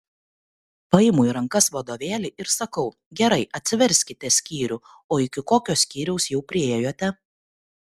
paimu į rankas vadovėlį ir sakau gerai atsiverskite skyrių o iki kokio skyriaus jau priėjote